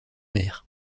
mer